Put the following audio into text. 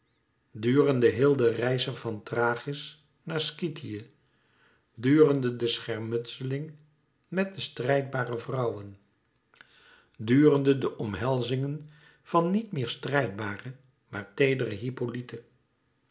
durende heel de reize van thrachis naar skythië durende de schermutseling met de strijdbare vrouwen durende de omhelzingen van niet meer strijdbare maar